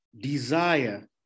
desire